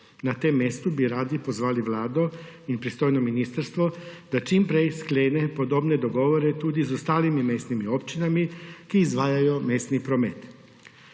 Na tem mestu bi radi pozvali Vlado in pristojno ministrstvo, da čim prej sklene podobne dogovore tudi z ostalimi mestnimi občinami, ki izvajajo mestni promet.